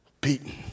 beaten